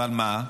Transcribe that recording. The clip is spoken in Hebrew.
אבל מה?